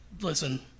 listen